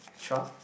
Trump